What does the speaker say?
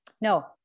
No